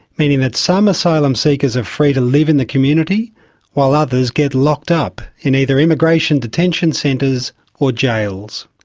meaning that some asylum seekers are free to live in the community while others get locked up in either immigration detention centres or jails.